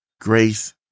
grace